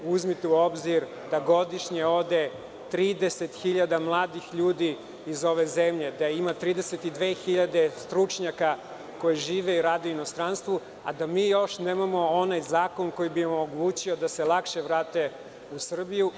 Uzmite u obzir da godišnje ode 30.000 mladih ljudi iz ove zemlje, da ima 32.000 stručnjaka koji žive i rade u inostranstvu, a da mi još nemamo onaj zakon koji bi omogućio da se lakše vrate u Srbiju.